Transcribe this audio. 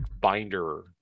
binder